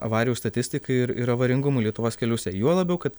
avarijų statistikai ir ir avaringumui lietuvos keliuse juo labiau kad